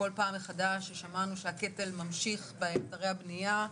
כל פעם מחדש כששמענו שהקטל ממשיך באתרי הבניה,